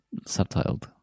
subtitled